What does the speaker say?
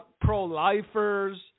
pro-lifers